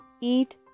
eat